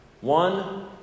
One